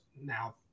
Now